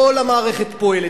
כל המערכת פועלת,